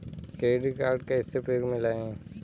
Credit card कैसे उपयोग में लाएँ?